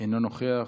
אינו נוכח,